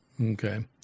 Okay